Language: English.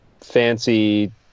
fancy